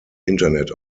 internet